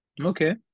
Okay